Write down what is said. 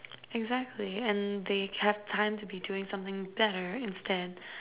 exactly and they have time to be doing something better instead